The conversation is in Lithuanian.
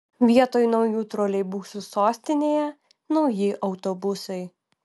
vietoj naujų troleibusų sostinėje nauji autobusai